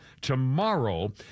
tomorrow